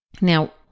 Now